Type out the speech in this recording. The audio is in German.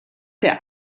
der